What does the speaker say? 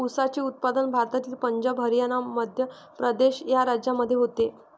ऊसाचे उत्पादन भारतातील पंजाब हरियाणा मध्य प्रदेश या राज्यांमध्ये होते